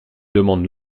demandent